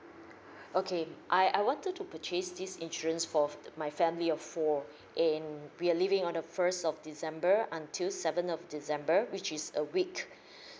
okay I I wanted to purchase this insurance for my family of four and we are leaving on the first of december until seventh of december which is a week